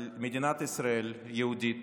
על מדינת ישראל יהודית,